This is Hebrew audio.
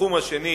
התחום השני